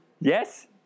Yes